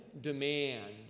demand